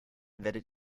werdet